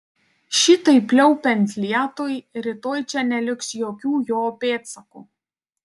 šitaip pliaupiant lietui rytoj čia neliks jokių jo pėdsakų